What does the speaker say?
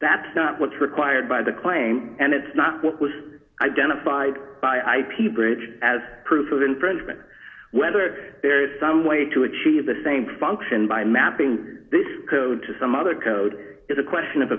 that's not what's required by the claim and it's not what was identified by ip bridge as proof of infringement whether there is some way to achieve the same function by mapping this code to some other code is a question of